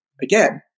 Again